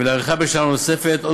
ולהאריכה בשנה נוספת.